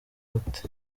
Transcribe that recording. gute